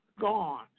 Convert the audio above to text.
Gone